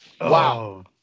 wow